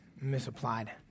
misapplied